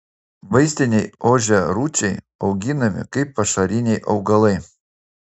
vaistiniai ožiarūčiai auginami kaip pašariniai augalai